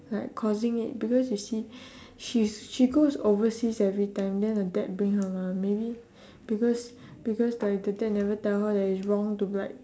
like causing it because you see she's she goes overseas every time then the dad bring her mah maybe because because like the dad never tell her that it's wrong to brag